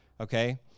okay